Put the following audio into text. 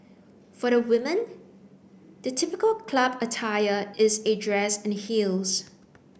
for the women the typical club attire is a dress and heels